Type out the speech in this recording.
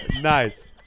Nice